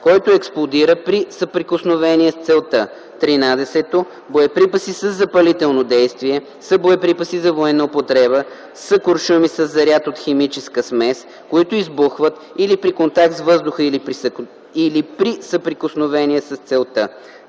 който експлодира при съприкосновение с целта. 13. „Боеприпаси със запалително действие“ са боеприпаси за военна употреба с куршуми със заряд от химическа смес, които избухват при контакт с въздуха или при съприкосновение с целта.